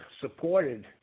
supported